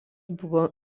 buvo